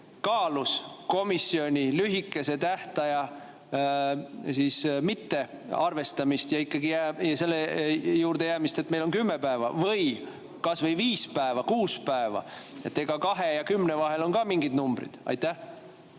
kaalus komisjoni pakutud lühikese tähtaja mittearvestamist ja selle juurde jäämist, et meil on aega kümme päeva või kas või viis päeva, kuus päeva? Kahe ja kümne vahel on ka mingid numbrid. Aitäh!